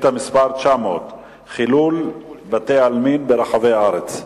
חילול בתי-עלמין ברחבי הארץ.